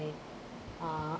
my uh